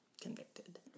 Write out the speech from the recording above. convicted